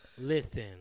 Listen